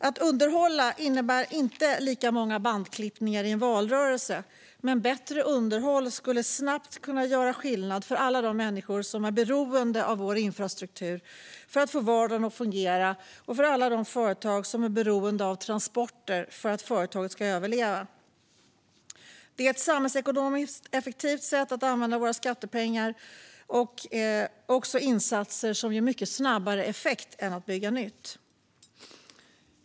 Att underhålla innebär inte lika många bandklippningar i en valrörelse, men bättre underhåll skulle snabbt kunna göra skillnad för alla de människor som är beroende av infrastrukturen för att få vardagen att fungera och för alla de företag som är beroende av transporter för att företaget ska överleva. Det är ett samhällsekonomiskt effektivt sätt att använda skattepengarna och också insatser som snabbare ger effekt än att bygga nytt.